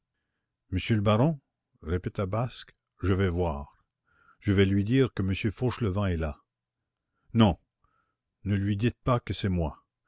monsieur le baron répéta basque je vais voir je vais lui dire que monsieur fauchelevent est là non ne lui dites pas que c'est moi